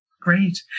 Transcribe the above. Great